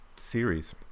series